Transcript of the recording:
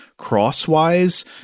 crosswise